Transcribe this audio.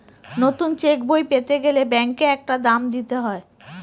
নতুন চেকবই পেতে গেলে ব্যাঙ্কে একটা দাম দিতে হয়